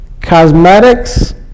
cosmetics